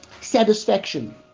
satisfaction